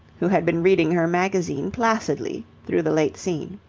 who had been reading her magazine placidly through the late scene.